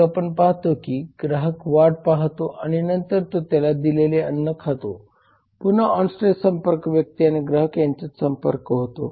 मग आपण पाहतो की ग्राहक वाट पाहतो आणि नंतर तो त्याला दिलेले अन्न खातो पुन्हा ऑनस्टेज संपर्क व्यक्ती आणि ग्राहक यांच्यात संपर्क होतो